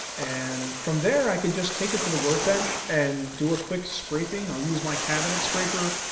and from there i can just take it to the work bench and do a quick scraping. i'll use my cabinet scraper,